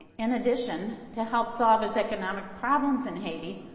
in addition, to help solve his economic problems in haiti,